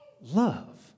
love